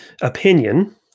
opinion